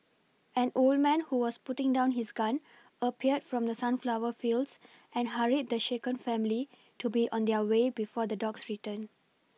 an old man who was putting down his gun appeared from the sunflower fields and hurried the shaken family to be on their way before the dogs return